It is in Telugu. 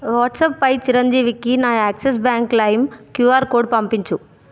వాట్సాప్పై చిరంజీవికి నా Axis bank claim QR code పంపించు